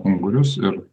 ungurius ir